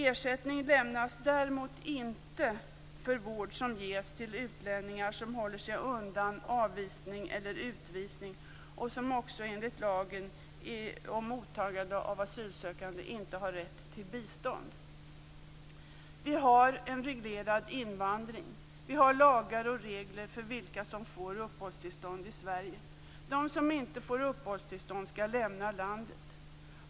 Ersättning lämnas däremot inte för vård som ges till utlänningar som håller sig undan avvisning eller utvisning och som också enligt lagen om mottagande av asylsökande inte har rätt till bistånd. Vi har en reglerad invandring. Vi har lagar och regler för vilka som får uppehållstillstånd i Sverige. De som inte får uppehållstillstånd skall lämna landet.